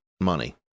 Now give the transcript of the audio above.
money